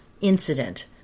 incident